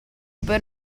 per